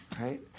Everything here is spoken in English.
right